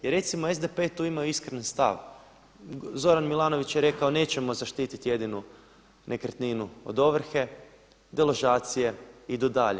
Jer recimo SDP je tu imao iskreni stav, Zoran Milanović je rekao nećemo zaštititi jedinu nekretninu od ovrhe, deložacije idu dalje.